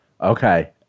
okay